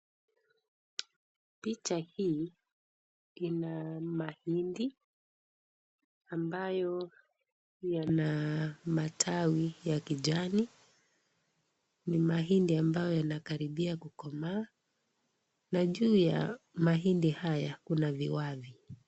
Picha hii, ina mahindi, ambayo yana matawi ya kijani, ni mahindi ambayo yanakaribia kukomaa, na juu ya mahindi haya kuna viwavi.